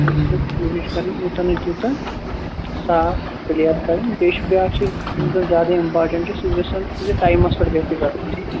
تۅہہِ چھِ کوٗشِش کَرٕنۍ یوٗتاہ نہَ توٗتاہ صاف پُلیر کَرٕنۍ بیٚیہِ چھُ بیٛاکھ چیٖز یُس زَن زیادٕ اِمپارٹںٹ چھُ سُہ یُس سا یہِ ٹایمَس پیٚٹھ گژھِ یہِ کَرُن ٹھیٖک